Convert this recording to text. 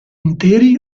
interi